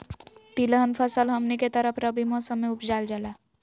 तिलहन फसल हमनी के तरफ रबी मौसम में उपजाल जाला